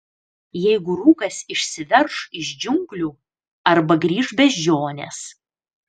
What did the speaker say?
jeigu rūkas išsiverš iš džiunglių arba grįš beždžionės